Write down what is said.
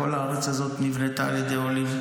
כל הארץ הזאת נבנתה על ידי עולים.